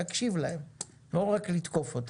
צריך הקשיב להם, לא רק לתקוף אותם.